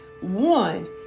One